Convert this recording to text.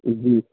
جی